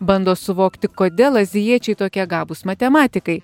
bando suvokti kodėl azijiečiai tokie gabūs matematikai